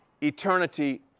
eternity